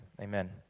amen